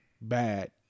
bad